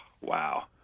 wow